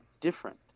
different